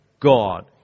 God